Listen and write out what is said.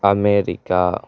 America